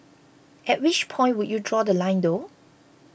at which point would you draw The Line though